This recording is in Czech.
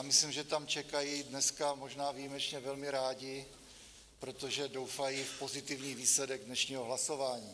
Myslím, že tam čekají, dneska možná výjimečně velmi rádi, protože doufají v pozitivní výsledek dnešního hlasování.